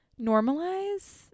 Normalize